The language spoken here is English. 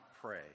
pray